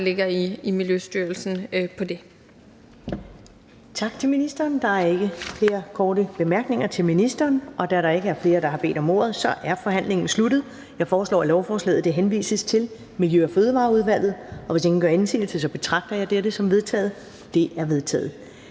ligger i Miljøstyrelsen, på det